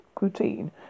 routine